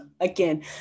again